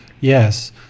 yes